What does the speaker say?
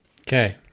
Okay